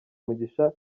mugisha